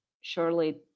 surely